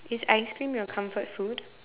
is ice cream your comfort food